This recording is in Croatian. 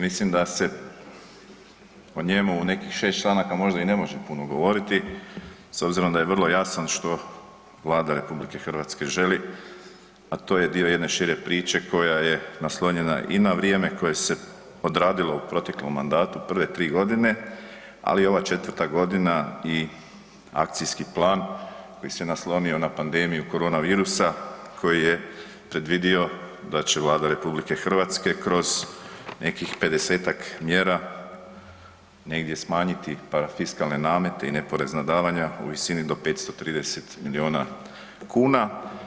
Mislim da se o njemu u nekih 6 članaka možda i ne može puno govoriti, s obzirom da je vrlo jasan što Vlada RH želi, a to je dio jedne šire priče koja je naslonjena i na vrijeme koje se odradilo u proteklom mandatu prve tri godine, ali ova četvrta godina i akcijski plan koji se naslonio na pandemiju koronavirusa koji je predvidio da će Vlada RH kroz nekih pedesetak mjera negdje smanjiti parafiskalne namete i neporezna davanja u visini do 530 milijuna kuna.